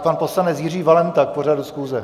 Pan poslanec Jiří Valenta k pořadu schůze.